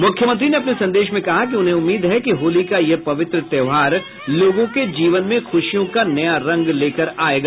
मुख्यमंत्री ने अपने संदेश में कहा कि उन्हें उम्मीद है कि होली का यह पवित्र त्योहार लोगों के जीवन में खुशियों का नया रंग लेकर आयेगा